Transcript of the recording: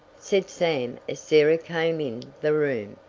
said sam as sarah came in the room,